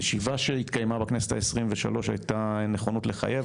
בישיבה שהתקיימה בכנסת ה-23 הייתה נכונות לחייב,